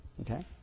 Okay